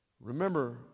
Remember